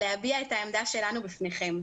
להביע את העמדה שלנו בפניכם.